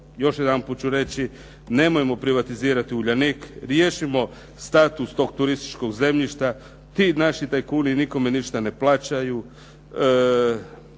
još jedanput ću reći, nemojmo privatizirati "Uljanik", riješimo status tog turističkog zemljišta, ti naši tajkuni nikome ništa ne plaćaju,